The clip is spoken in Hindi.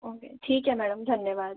ओके ठीक है मैडम धन्यवाद